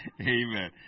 Amen